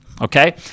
okay